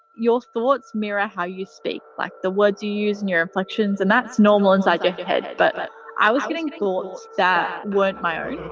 your thoughts mirror how you speak. like, the words you use and your inflections, and that's normal inside your head, but i was getting thoughts that weren't my own.